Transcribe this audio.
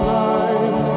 life